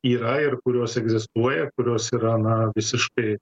yra ir kurios egzistuoja kurios yra visiškai